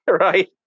Right